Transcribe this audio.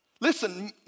Listen